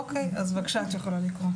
אוקי, אז בבקשה את יכולה לקרוא.